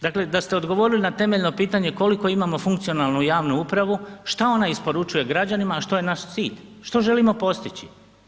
Dakle, da ste odgovorili na temeljno pitanje koliko imamo funkcionalnu javnu upravu, šta ona isporučuje građanima, a što je naš cilj, što želimo postići?